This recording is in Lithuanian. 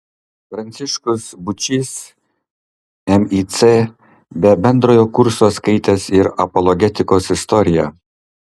pranciškus būčys mic be bendrojo kurso skaitęs ir apologetikos istoriją